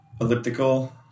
elliptical